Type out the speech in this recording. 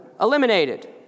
eliminated